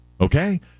Okay